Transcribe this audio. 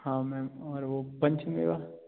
हाँ मैम और वो बंच मिलेगा